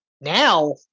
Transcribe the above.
now